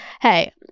hey